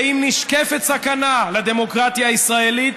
ואם נשקפת סכנה לדמוקרטיה הישראלית,